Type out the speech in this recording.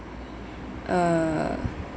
uh